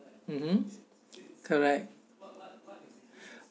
mmhmm correct